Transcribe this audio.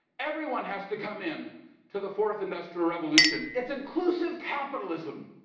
everyone has to come in to the fourth industrial revolution. it's inclusive capitalism.